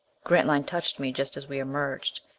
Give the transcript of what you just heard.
grantline touched me just as we emerged.